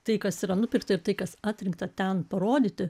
tai kas yra nupirkta ir tai kas atrinkta ten parodyti